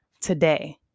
today